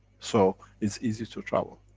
so it's easy to travel.